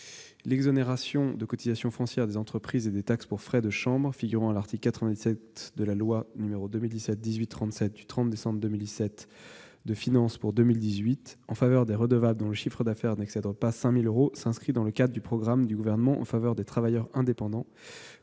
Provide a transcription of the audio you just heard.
L'exonération de cotisation foncière des entreprises et des taxes pour frais de chambres figurant à l'article 97 de la loi n° 2017-1837 du 30 décembre 2017 de finances pour 2018 en faveur des redevables dont le chiffre d'affaires n'excède pas 5 000 euros s'inscrit dans le cadre du programme du Gouvernement en faveur des travailleurs indépendants,